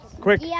Quick